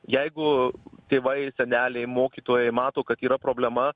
jeigu tėvai seneliai mokytojai mato kad yra problema